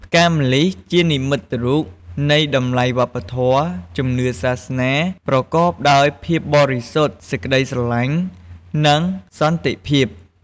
ផ្កាម្លិះ ជានិមិត្តរូបនៃតម្លៃវប្បធម៌ ជំនឿសាសនា ប្រកបដោយភាពបរិសុទ្ធ សេចក្តីស្រឡាញ់ និងសន្តិភាព។